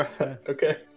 Okay